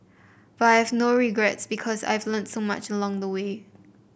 but I have no regrets because I've learnt so much along the way